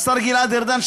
השר גלעד ארדן,